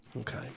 Okay